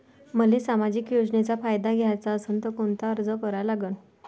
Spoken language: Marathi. मले सामाजिक योजनेचा फायदा घ्याचा असन त कोनता अर्ज करा लागन?